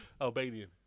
Albanian